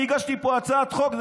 אני הגשתי פה הצעת חוק,